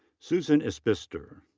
susan isbister.